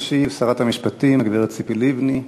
תשיב שרת המשפטים, הגברת ציפי לבני.